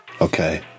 Okay